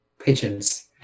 Pigeons